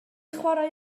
chwarae